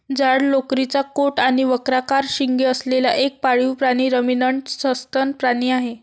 जाड लोकरीचा कोट आणि वक्राकार शिंगे असलेला एक पाळीव प्राणी रमिनंट सस्तन प्राणी आहे